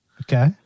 Okay